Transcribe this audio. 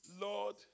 Lord